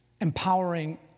empowering